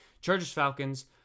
Chargers-Falcons